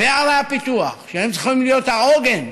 וערי הפיתוח, שהן צריכות להיות העוגן